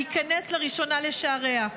להיכנס לראשונה בשעריה.